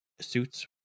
suits